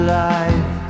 life